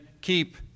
keep